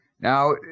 Now